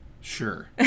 Sure